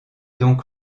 donc